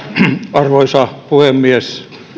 arvoisa puhemies